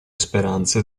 speranze